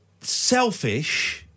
selfish